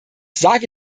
sage